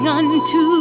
unto